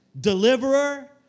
deliverer